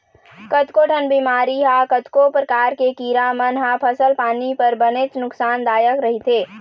कतको ठन बेमारी ह कतको परकार के कीरा मन ह फसल पानी बर बनेच नुकसान दायक रहिथे